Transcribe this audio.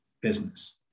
business